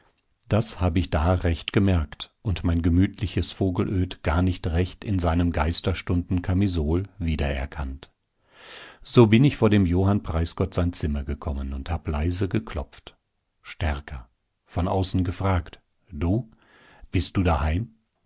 das hab ich da recht gemerkt und mein gemütliches vogelöd gar nicht recht in seinem geisterstunden kamisol wiedererkannt so bin ich vor dem johann preisgott sein zimmer gekommen und hab leise geklopft stärker von außen gefragt du bist du daheim